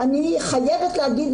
אני חייבת להגיד,